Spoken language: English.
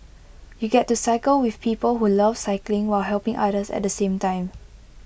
you get to cycle with people who love cycling while helping others at the same time